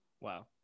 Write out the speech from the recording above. Wow